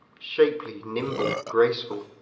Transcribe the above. shapely, nimble, graceful